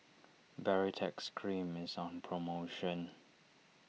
Baritex Cream is on promotion